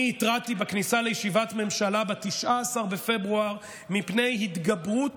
אני התרעתי בכניסה לישיבת ממשלה ב-19 בפברואר מפני התגברות